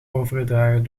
overgedragen